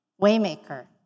Waymaker